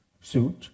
suit